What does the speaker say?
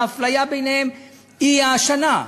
ההבדל ביניהם הוא השנה,